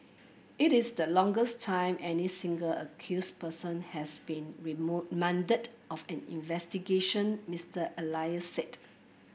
it is the time any single accuse person has been of an investigation Mister Elias said